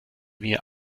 mir